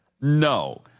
no